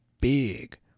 big